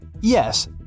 Yes